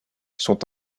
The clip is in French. sont